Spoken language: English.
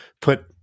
put